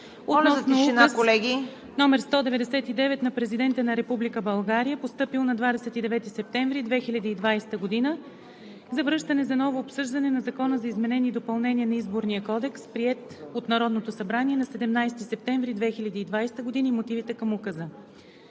обсъди Указ № 199 на Президента на Република България, постъпил на 29 септември 2020 г., за връщане за ново обсъждане на Закона за изменение и допълнение на Изборния кодекс, приет от Народното събрание на 17 септември 2020 г., и мотивите към Указа.